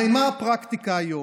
הרי מה הפרקטיקה היום?